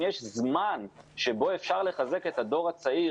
אם יש זמן שבו אפשר לחזק את הדור הצעיר,